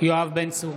יואב בן צור,